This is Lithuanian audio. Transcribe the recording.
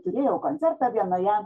turėjau koncertą vienoje